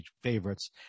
favorites